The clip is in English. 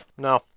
No